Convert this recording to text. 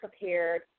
prepared